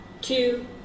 two